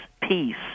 peace